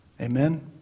Amen